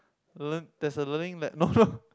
Lea~ there's a Learning Lab no no